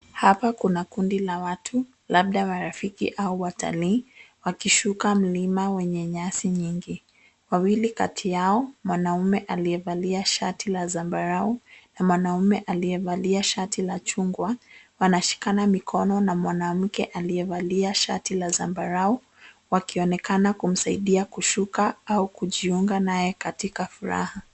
Hapa kuna kundi la watu, labda marafiki au watalii, wakishuka mlima wenye nyasi nyingi. Wawili kati yao mwanaume aliyevalia shati la zambarau na mwanaume aliyevalia shati la chungwa wanashikana mikono na mwanamke aliyevalia shati la zambarau wakionekana kumsaidia kushuka au kujiunga naye katika furaha.